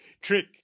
trick